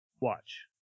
Watch